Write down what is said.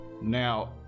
Now